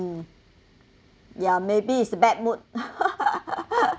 mm ya maybe it's bad mood